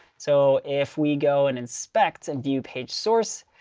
so if we go and inspect and view page source,